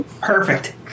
Perfect